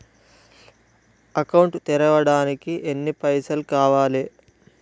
Account తెరవడానికి ఎన్ని పైసల్ కావాలే?